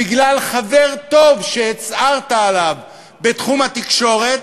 בגלל חבר טוב שהצהרת עליו בתחום התקשורת,